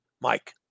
Mike